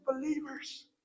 believers